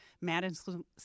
Madison